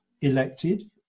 elected